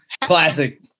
Classic